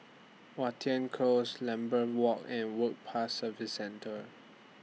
Watten Close Lambeth Walk and Work Pass Services Centre